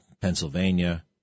pennsylvania